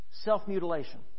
Self-mutilation